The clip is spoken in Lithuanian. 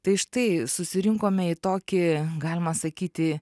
tai štai susirinkome į tokį galima sakyti